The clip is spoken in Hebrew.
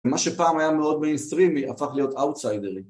ומה שפעם היה מאוד מינסטרימי, הפך להיות אאוטסיידרי.